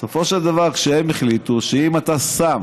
בסופו של דבר הן החליטו שאם אתה שם